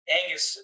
Angus